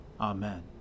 Amen